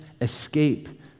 escape